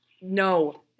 no